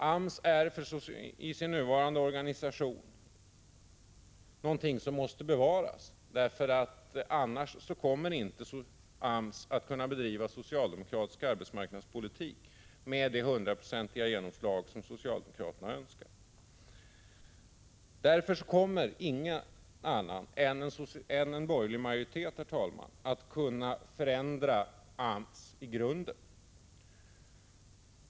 AMS är i sin nuvarande organisation någonting som måste bevaras, därför att AMS annars inte kommer att kunna bedriva socialdemokratisk arbetsmarknadspolitik med det hundraprocentiga genomslag som socialdemokraterna önskar. Ingen annan än en borgerlig majoritet kan förändra AMS i grunden.